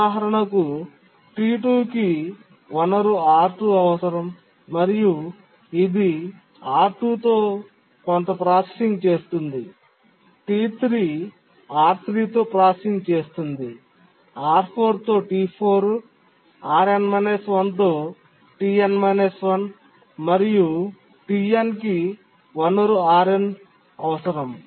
ఉదాహరణకు T2 కి వనరు R2 అవసరం మరియు ఇది R2 తో కొంత ప్రాసెసింగ్ చేస్తుంది T3 R3 తో ప్రాసెసింగ్ చేస్తుంది R4 తో T4 Rn 1 తో Tn 1 మరియు Tn కి వనరు Rn అవసరం